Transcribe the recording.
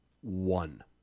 one